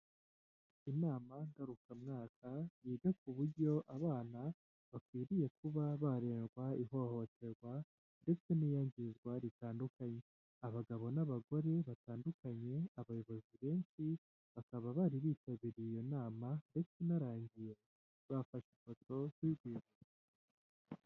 Inama ngarukamwaka yita ku buryo abana bakwiriye kuba barerindwa ihohoterwa ndetse n'iyangizwa ritandukanye abagabo n'abagore batandukanye abayobozi benshi bakaba bari bitabiriye iyo nama ndetse inarangiye bafashe ifoto y'urwibutso.